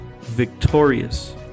victorious